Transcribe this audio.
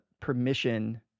permission